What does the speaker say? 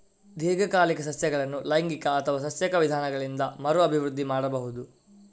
ದೀರ್ಘಕಾಲಿಕ ಸಸ್ಯಗಳನ್ನು ಲೈಂಗಿಕ ಅಥವಾ ಸಸ್ಯಕ ವಿಧಾನಗಳಿಂದ ಮರು ಅಭಿವೃದ್ಧಿ ಮಾಡಬಹುದು